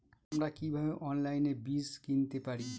আমরা কীভাবে অনলাইনে বীজ কিনতে পারি?